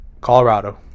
Colorado